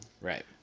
Right